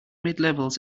midlevels